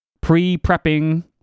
pre-prepping